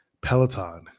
Peloton